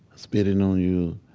spitting on you,